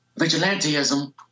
vigilantism